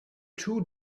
too